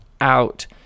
out